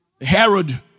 Herod